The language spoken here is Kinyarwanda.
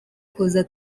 kuza